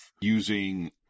using